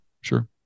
sure